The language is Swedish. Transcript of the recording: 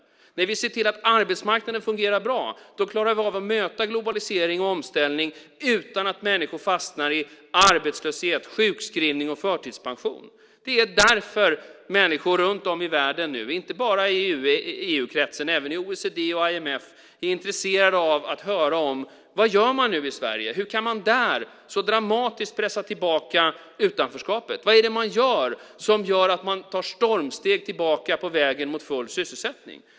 När vi ser till att arbetsmarknaden fungerar bra klarar vi av att möta globalisering och omställning utan att människor fastnar i arbetslöshet, sjukskrivning och förtidspension. Det är därför människor runt om i världen, inte bara i EU-kretsen utan även i OECD och IMF, är intresserade av att höra vad man nu gör i Sverige. Hur kan man där så dramatiskt pressa tillbaka utanförskapet? Vad är det man gör som leder till att man tar stormsteg på vägen tillbaka mot full sysselsättning?